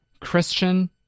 Christian